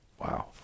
wow